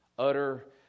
utter